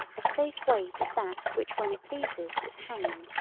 a safe weight is that which when it pleases is hanging.